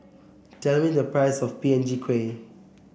tell me the price of P N G Kueh